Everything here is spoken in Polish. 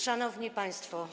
Szanowni Państwo!